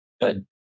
Good